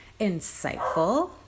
insightful